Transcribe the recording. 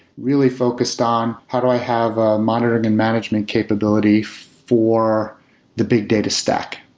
really focused on how do i have a monitoring and management capability for the big data stack,